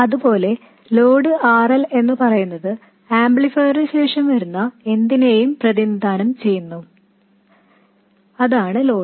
അതുപോലെ load RL എന്നുപറയുന്നത് ആംപ്ലിഫയറിനുശേഷം വരുന്ന എന്തിനേയും പ്രതിനിധാനം ചെയ്യുന്നു അതാണ് ലോഡ്